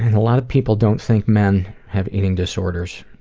and a lot of people don't think men have eating disorders.